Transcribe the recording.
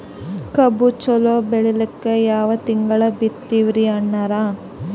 ಕಬ್ಬು ಚಲೋ ಬೆಳಿಲಿಕ್ಕಿ ಯಾ ತಿಂಗಳ ಬಿತ್ತಮ್ರೀ ಅಣ್ಣಾರ?